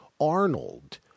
Arnold